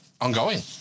ongoing